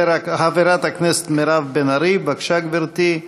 חברת הכנסת מירב בן ארי, בבקשה, גברתי.